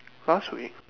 last week